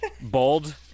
bold